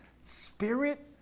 Spirit